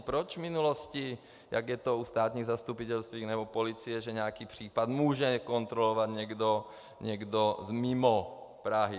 Proč v minulosti bylo, jak je to u státních zastupitelství nebo policie, že nějaký případ může kontrolovat někdo mimo Prahu.